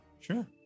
Sure